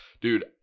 dude